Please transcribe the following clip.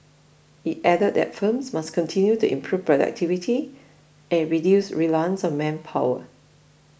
it added that firms must continue to improve productivity and reduce reliance on manpower